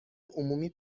عمومی